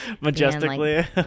Majestically